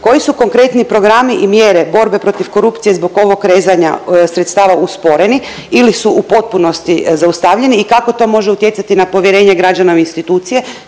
Koji su konkretni programi i mjere borbe protiv korupcije zbog ovog rezanja sredstava usporeni ili su u potpunosti zaustavljeni i kako to može utjecati na povjerenje građana u institucije,